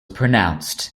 pronounced